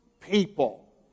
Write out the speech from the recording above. people